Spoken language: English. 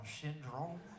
syndrome